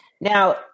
now